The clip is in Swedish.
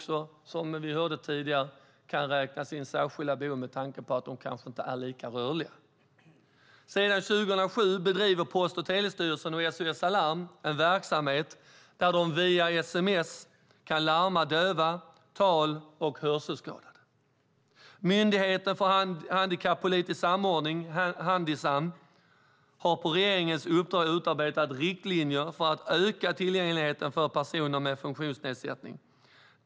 Som vi hörde tidigare kan dessa anses ha särskilda behov med tanke på att de kanske inte är lika rörliga. Sedan 2007 bedriver Post och telestyrelsen och SOS Alarm en verksamhet där de via sms kan larma döva samt tal och hörselskadade. Myndigheten för handikappolitisk samordning, Handisam, har på regeringens uppdrag utarbetat riktlinjer för att öka tillgängligheten för personer med funktionsnedsättning.